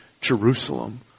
Jerusalem